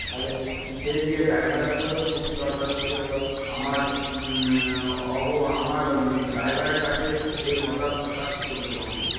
তাহলে সেই নিয়ে ড্রাইভারের সঙ্গেও খুবই তর্কাতর্কি হল আমার আমার ড্রাইভারের কাছে এই হতাশা প্রকাশ করলাম আমি